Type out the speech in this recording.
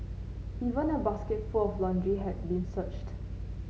even a basket for of laundry had been searched